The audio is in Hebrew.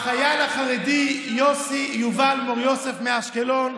החייל החרדי יובל מור יוסף מאשקלון,